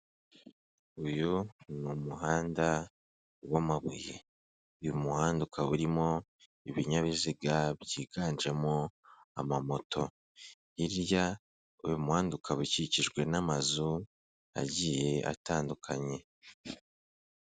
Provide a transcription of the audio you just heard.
Uyu ni umuhanda w'amabuye, uyu muhanda ukaba urimo ibinyabiziga byiganjemo amamoto, hirya uyu muhanda ukaba ukikijwe n'amazu agiye atandukanye.